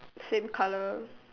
same colour